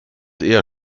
eher